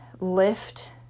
lift